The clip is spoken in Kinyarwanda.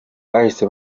bahise